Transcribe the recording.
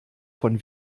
von